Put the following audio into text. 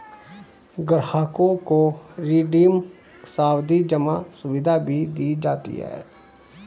ग्राहकों को रिडीम सावधी जमा सुविधा भी दी जाती है